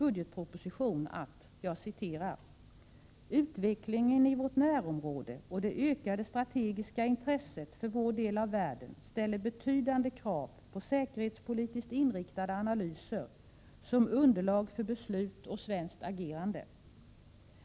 ”Utvecklingen i vårt närområde och det ökade strategiska intresset för vår del av världen ställer betydande krav på säkerhetspolitiskt inriktade analyser som underlag för beslut och svenskt agerande.